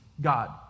God